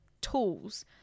tools